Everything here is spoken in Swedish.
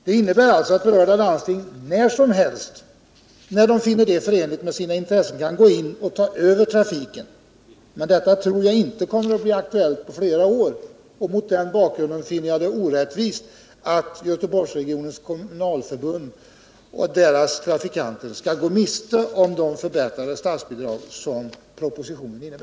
Det innebär alltså att berörda landsting när som helst, då de finner det förenligt med sina intressen, kan gå in och ta över trafiken. Detta tror jag inte kommer att bli aktuellt på flera år. Mot den bakgrunden finner jag det orättvist att Göteborgsregionens kommunalförbund och dess trafikanter skall gå miste om de förbättrade statsbidrag som föreslås i propositionen.